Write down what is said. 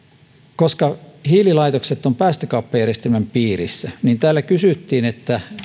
koska hiililaitokset ovat päästökauppajärjestelmän piirissä niin kun täällä kysyttiin